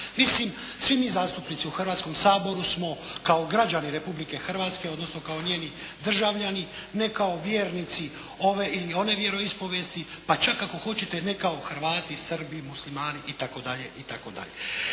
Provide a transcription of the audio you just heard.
Mislim, svi mi zastupnici u Hrvatskom saboru smo kao građani Republike Hrvatske, odnosno kao njeni državljani, ne kao vjernici ove ili one vjeroispovijesti, pa čak ako hoćete ne kao Hrvati, Srbi, Muslimani itd.,